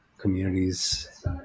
communities